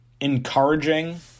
encouraging